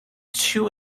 too